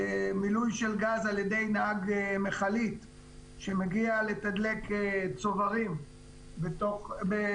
מילוי של גז על ידי נהג מכלית שמגיע לתדלק צוברים בשטח,